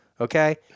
okay